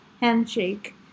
handshake